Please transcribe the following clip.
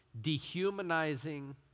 dehumanizing